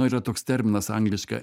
na yra toks terminas angliškai